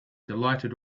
delighted